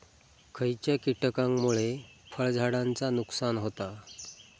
खयच्या किटकांमुळे फळझाडांचा नुकसान होता?